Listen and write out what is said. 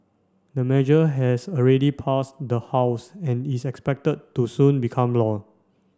the measure has already passed the House and is expected to soon become law